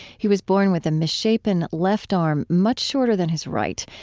he was born with a misshapen left arm much shorter than his right.